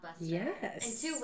yes